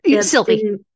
Sylvie